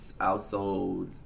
outsold